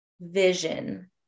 vision